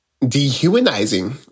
dehumanizing